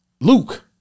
Luke